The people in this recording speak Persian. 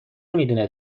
میدونه